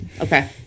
okay